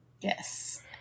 Yes